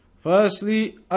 Firstly